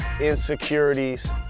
insecurities